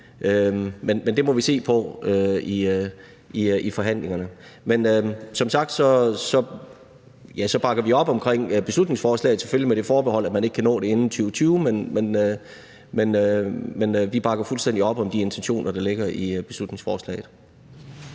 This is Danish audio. Men det må vi se på i forhandlingerne. Som sagt bakker vi op omkring beslutningsforslaget, selvfølgelig med det forbehold, at man ikke kan nå det inden 2020, men vi bakker fuldstændig op om de intentioner, der ligger i beslutningsforslaget.